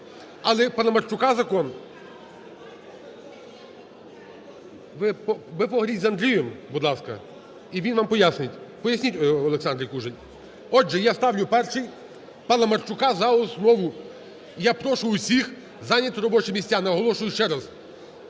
Але Паламарчука закон… ви поговоріть з Андрієм, будь ласка, і він вам пояснить. Поясніть Олександрі Кужель. Отже, я ставлю перший Паламарчука за основу. І я прошу всіх зайняти робочі місця. Наголошую ще раз: